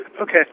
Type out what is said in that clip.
Okay